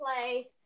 play